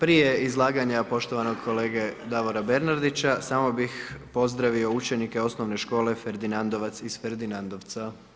Prije izlaganja poštovanog kolege Davora Bernardića, samo bih pozdravio učenike Osnovne škole Ferdinandovac iz Ferdinandovca.